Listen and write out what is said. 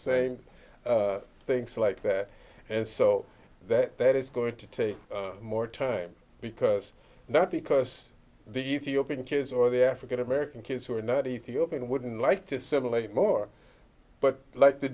same things like that and so that that is going to take more time because not because the ethiopian kids or the african american kids who are not ethiopian wouldn't like to simulate more but like the